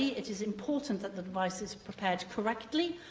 it is important that the advice is prepared correctly.